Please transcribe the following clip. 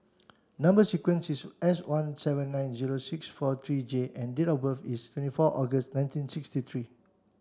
number sequence is S one seven nine zero six four three J and date of birth is twenty four August nineteen sixty three